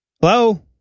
Hello